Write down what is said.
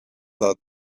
that